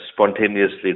spontaneously